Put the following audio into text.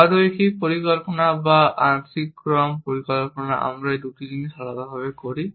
অরৈখিক পরিকল্পনা বা আংশিক ক্রম পরিকল্পনা আমরা এই দুটি জিনিস আলাদাভাবে করি